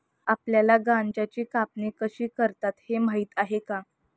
आपल्याला गांजाची कापणी कशी करतात हे माहीत आहे का?